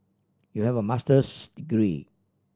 you have a Master's degree